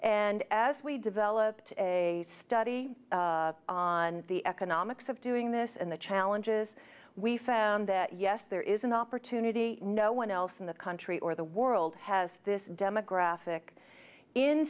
and as we developed a study on the economics of doing this and the challenges we found that yes there is an opportunity no one else in the country or the world has this demographic in